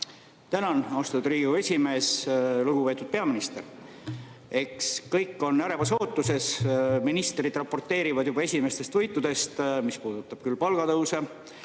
Tänan, austatud Riigikogu esimees! Lugupeetud peaminister! Eks kõik on ärevas ootuses. Ministrid raporteerivad juba esimestest võitudest, mis puudutab palgatõuse,